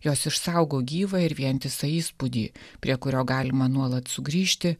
jos išsaugo gyvą ir vientisą įspūdį prie kurio galima nuolat sugrįžti